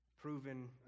Proven